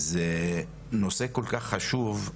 זה נושא כל כך חשוב,